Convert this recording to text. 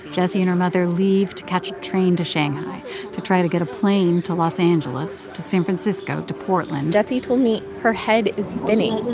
jessie and her mother leave to catch a train to shanghai to try to get a plane to los angeles to san francisco to portland jessie told me her head is spinning